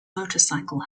motorcycle